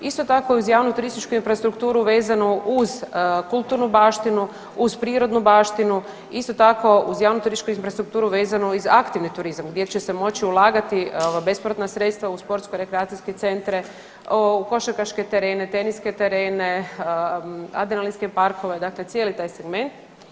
Isto tako iz uz javnu turističku infrastrukturu vezanu uz kulturnu baštinu, uz prirodnu baštinu, isto tako uz javnu turističku infrastrukturu vezanu i za aktivni turizam gdje će se moći ulagati bespovratna sredstva u sportsko rekreacijske centre, u košarkaške terene, teniske terene, adrenalinske parkove, dakle cijeli taj segment.